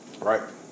Right